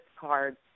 cards